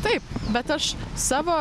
taip bet aš savo